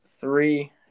three